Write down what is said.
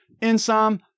Insom